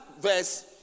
verse